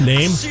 Name